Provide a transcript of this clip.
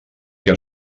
què